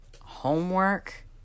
Homework